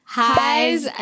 highs